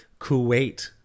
Kuwait